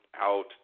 out